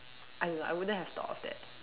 I don't know I wouldn't have thought of that